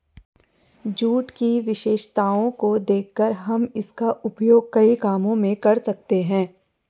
jute की विशेषताओं को देखकर हम इसका उपयोग कई कामों में कर सकते हैं